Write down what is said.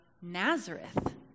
nazareth